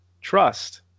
trust